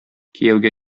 кияүгә